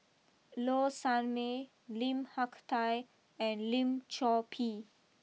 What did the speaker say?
Low Sanmay Lim Hak Tai and Lim Chor Pee